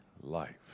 life